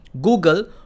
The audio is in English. google